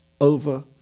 over